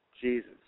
Jesus